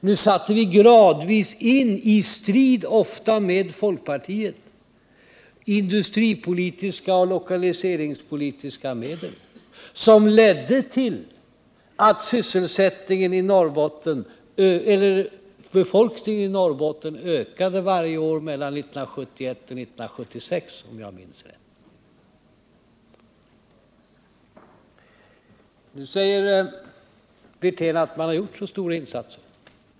Nu satte vi gradvis in, ofta i strid med folkpartiet, industripolitiska och lokaliseringspolitiska medel, som ledde till att befolkningen i Norrbotten ökade varje år mellan 1971 och 1976, om jag minns rätt. Rolf Wirtén säger att man har gjort så stora insatser.